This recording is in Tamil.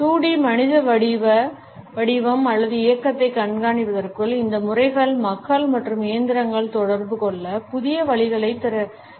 2டி மனித வடிவம் அல்லது இயக்கத்தைக் கண்காணிப்பதற்கான இந்த முறைகள் மக்கள் மற்றும் இயந்திரங்கள் தொடர்பு கொள்ள புதிய வழிகளைத் திறக்கின்றன